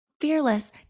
Fearless